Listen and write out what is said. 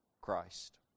Christ